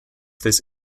this